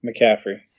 McCaffrey